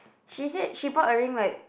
she said she bought her ring like